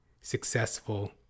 successful